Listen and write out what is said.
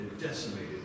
decimated